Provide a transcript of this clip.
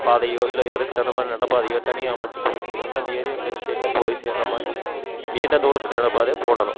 பாதையோ இல்லை அதுக்கு தகுந்த மாதிரி நட பாதையோ தனியாக அமைச்சி கொடுத்து அந்தந்த ஏரியாவுக்கு அது ஸ்ட்ரெயிட்டாக போய் சேர்கிற மாதிரி நீண்ட தூரத்துக்கு நடை பாதையாக போடணும்